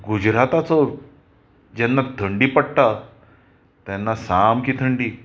गुजराताचो जेन्ना थंडी पडटा तेन्ना सामकी थंडी